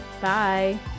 bye